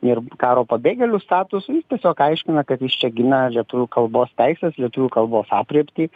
ir karo pabėgėlių statusą jis tiesiog aiškina kad jis čia gina lietuvių kalbos teises lietuvių kalbos aprėptį